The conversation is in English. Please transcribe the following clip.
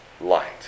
light